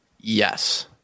Yes